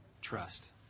trust